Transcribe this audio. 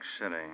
City